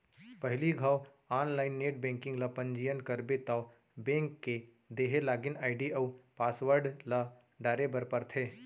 पहिली घौं online net banking ल पंजीयन करबे तौ बेंक के देहे लागिन आईडी अउ पासवर्ड ल डारे बर परथे